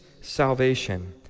salvation